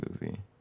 movie